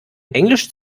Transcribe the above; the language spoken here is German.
englisch